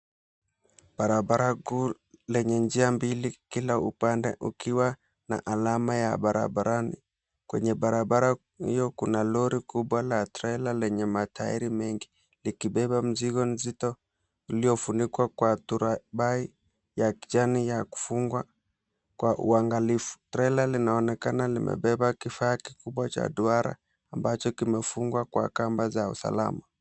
Barabara kuu lenye njia mbili, kila upande ukiwa na alama ya barabarani. Kwenye barabara hiyo, kuna lori kubwa la trela lenye matairi mengi, likibeba mzigo nzito uliofunikwa kwa turabai ya kijani na kufungwa kwa uangalifu. Trela linaonekana limebeba kifaa kikubwa cha duara, ambacho kimefungwa kwa kamba za usalama.